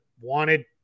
wanted